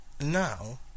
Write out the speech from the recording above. now